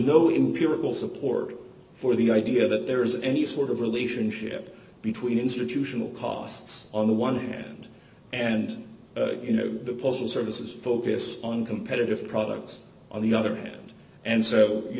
will support for the idea that there is any sort of relationship between institutional costs on the one hand and you know the postal services focus on competitive products on the other hand and so you